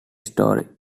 story